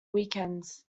weekends